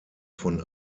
von